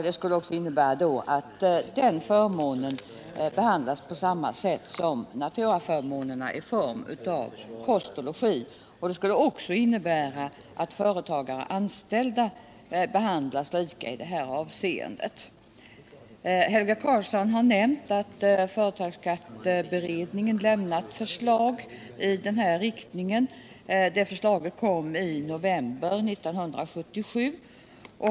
Det skulle då innebära att den förmånen behandlas på samma sätt som naturaförmånerna i form av kost och logi. Det skulle också innebära att företagare och anställda behandlas lika i detta avseende. Helge Karlsson nämnde att företagsskatteberedningen i november 1977 avlämnade förslag i denna riktning.